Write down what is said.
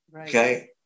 Okay